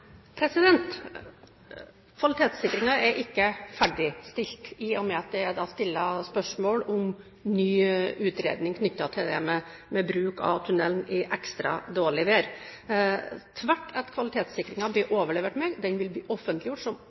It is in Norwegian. er stilt spørsmål om ny utredning knyttet til bruk av tunnelen i ekstra dårlig vær. Med en gang rapporten blir overlevert meg, vil den bli offentliggjort, som